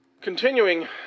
continuing